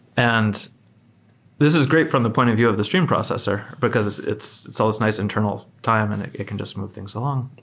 and this is great from the point of of the stream processor because it's it's always nice internal time and it it can just move things along,